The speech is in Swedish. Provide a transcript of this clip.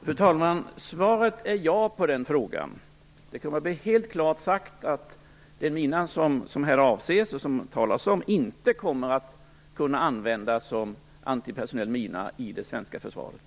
Fru talman! Svaret är ja på den frågan. Det kommer att sägas helt klart att den mina som vi här avser och talar om inte kommer att kunna användas som antipersonell mina i det svenska försvaret.